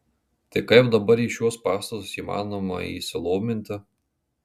tai kaip dabar į šiuos pastatus įmanoma įsilominti